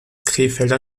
krefelder